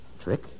Trick